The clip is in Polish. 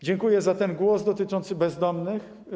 Dziękuję za głos dotyczący bezdomnych.